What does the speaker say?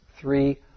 three